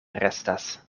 restas